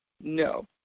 No